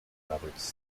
roberts